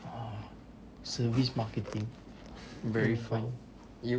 uh service marketing very fun you